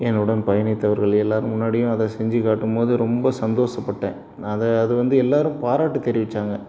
என்னுடன் பயணித்தவர்கள் எல்லோர் முன்னாடியும் அதை செஞ்சு காட்டும்போது ரொம்ப சந்தோஷப்பட்டேன் நான் அதை அது வந்து எல்லாரும் பாராட்டு தெரிவித்தாங்க